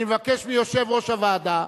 אני מבקש מיושב-ראש הוועדה,